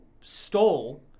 stole